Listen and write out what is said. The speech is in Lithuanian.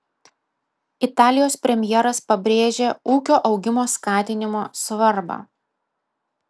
italijos premjeras pabrėžė ūkio augimo skatinimo svarbą